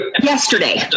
Yesterday